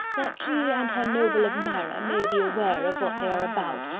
that she and her noble admirer may be aware of what they are about,